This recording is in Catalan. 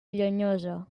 llenyosa